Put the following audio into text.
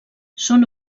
són